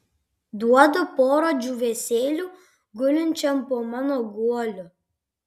duodu porą džiūvėsėlių gulinčiam po mano guoliu